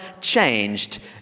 changed